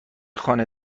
خانه